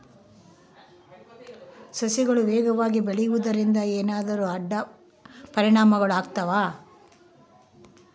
ಸಸಿಗಳು ವೇಗವಾಗಿ ಬೆಳೆಯುವದರಿಂದ ಏನಾದರೂ ಅಡ್ಡ ಪರಿಣಾಮಗಳು ಆಗ್ತವಾ?